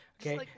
Okay